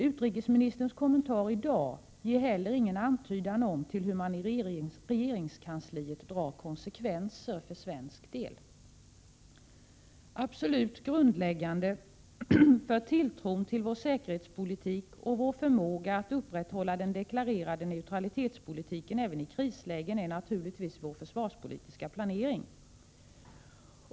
Utrikesministerns kommentar i dag ger heller ingen antydan om hur man i regeringskansliet drar konsekvenser för svensk del. Absolut grundläggande för tilltron till vår säkerhetspolitik och vår förmåga att upprätthålla den deklarerade neutralitetspolitiken även i krislägen är naturligtvis vår försvarspolitiska planering.